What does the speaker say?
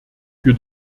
für